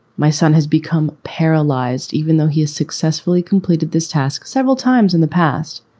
my son has become paralyzed even though he has successfully completed this task several times in the past.